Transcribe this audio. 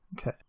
Okay